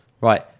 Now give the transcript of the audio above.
Right